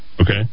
okay